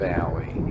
Valley